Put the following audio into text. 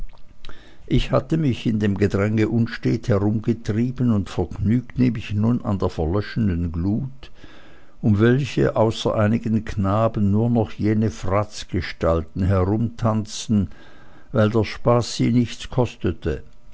ich hatte mich in dem gedränge unstet herumgetrieben und vergnügte mich nun an der verlöschenden glut um welche außer einigen knaben nur noch jene fratzgestalten herumtanzten weil der spaß sie nichts kostete